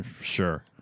sure